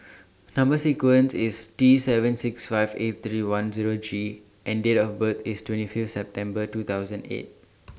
Number sequent IS T seven six five eight three one Zero G and Date of birth IS twenty Fifth September two thousand eight